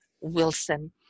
Wilson